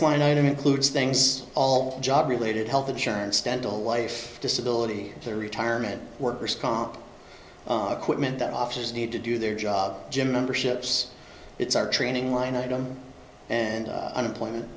line item includes things all job related health insurance dental life disability their retirement worker's comp quitman that officers need to do their job gym memberships it's our training line item and unemployment